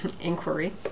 Inquiry